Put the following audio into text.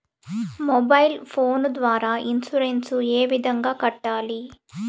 mobile phone ద్వారా insurance ఏ విధంగా కట్టాలి